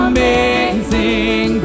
Amazing